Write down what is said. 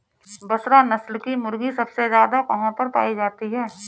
बसरा नस्ल की मुर्गी सबसे ज्यादा कहाँ पर पाई जाती है?